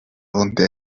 dónde